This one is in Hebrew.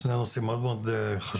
שני נושאים מאוד חשובים,